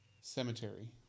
Cemetery